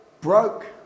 broke